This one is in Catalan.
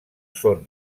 són